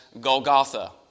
Golgotha